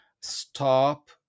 stop